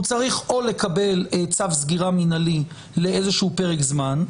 הוא צריך או לקבל צו סגירה מינהלי לפרק זמן,